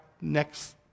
next